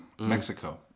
Mexico